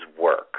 work